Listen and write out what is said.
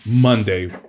Monday